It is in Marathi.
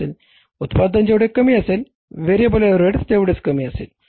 उत्पादन जेवढे कमी असेल व्हेरिएबल ओव्हरहेड्स तेवढेच कमी असेल